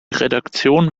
redaktion